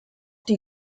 die